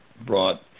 brought